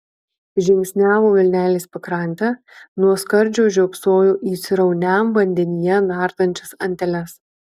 žingsniavo vilnelės pakrante nuo skardžio žiopsojo į srauniam vandenyje nardančias anteles